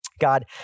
God